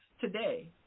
today